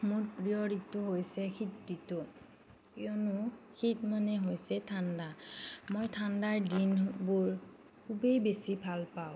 মোৰ প্ৰিয় ঋতু হৈছে শীত ঋতু কিয়নো শীত মানে হৈছে ঠাণ্ডা মই ঠাণ্ডা দিনবোৰ খুবেই বেছি ভাল পাওঁ